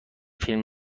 فیلم